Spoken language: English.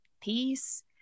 peace